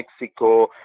Mexico